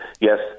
yes